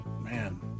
Man